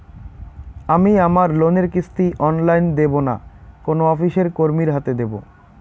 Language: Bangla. আমি আমার লোনের কিস্তি অনলাইন দেবো না কোনো অফিসের কর্মীর হাতে দেবো?